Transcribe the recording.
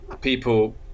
people